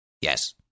Yes